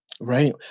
right